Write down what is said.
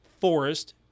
Forest